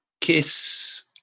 kiss